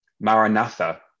Maranatha